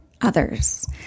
others